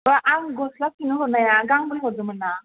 दा आं गस्ला सुनो हरनाया गांब्रै हरदोंमोनना